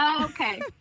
Okay